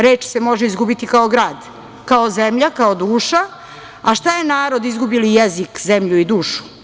Reč se može izgubiti kao grad, kao zemlja, kao duša, a šta je narod izgubi li jezik, zemlju i dušu?